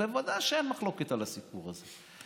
ודאי שאין מחלוקת על הסיפור הזה.